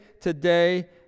today